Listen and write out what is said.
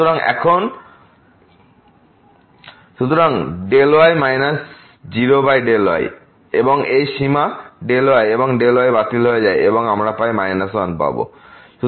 সুতরাং y 0y এবং এই সীমা এই y এবং y বাতিল হয়ে যায় এবং আমরা মাইনাস 1 পাব